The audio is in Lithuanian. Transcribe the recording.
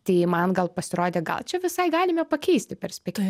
tai man gal pasirodė gal čia visai galime pakeisti perspektyvą